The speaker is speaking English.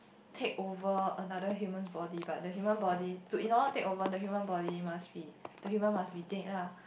take over another human's body but the human body to in order to take over the human body must be the human must be dead lah